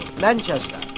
Manchester